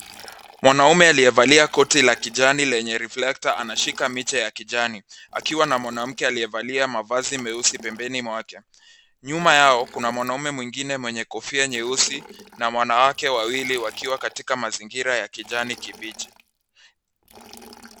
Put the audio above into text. Mwanaume aliyevalia koti la kijani lenye reflector anashika miche ya kijani akiwa na mwanamke aliyevalia mavazi meusi pembeni mwake. Nyuma yao kuna mwanaume mwingine mwenye kofia nyeusi na wanawake wawili, wakiwa katika mazingira ya kijani kibichi.